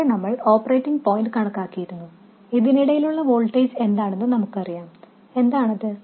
ഇവിടെ നമ്മൾ operating point കണക്കാക്കിയിരുന്നു ഇതിനിടയിലുള്ള വോൾട്ടേജ് എന്താണെന്ന് നമുക്കറിയാം എന്താണത്